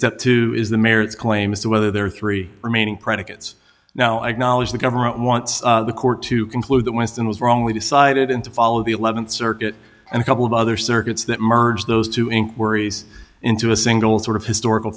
step two is the merits claim as to whether there are three remaining predicates now acknowledge the government wants the court to conclude that winston was wrongly decided and to follow the th circuit and a couple of other circuits that merge those two inquiries into a single sort of historical